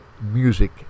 music